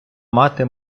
мати